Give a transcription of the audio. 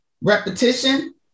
repetition